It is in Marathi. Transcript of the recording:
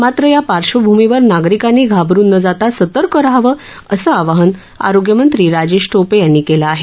मात्र या पार्श्वभूमीवर नागरिकांनी घाबरून न जाता सतर्क रहावं असं आवाहन आरोग्यमंत्री राजेश टोपे यांनी केलं आहे